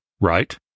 right